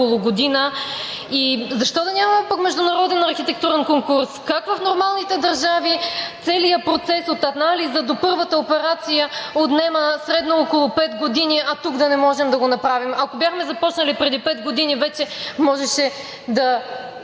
И защо пък да нямаме международен архитектурен конкурс? Как в нормалните държави целият процес – от анализа до първата операция, отнема средно около пет години, а тук да не можем да го направим? Ако бяхме започнали преди пет години, вече нашите деца